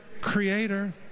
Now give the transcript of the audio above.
creator